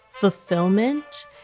fulfillment